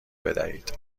بدهید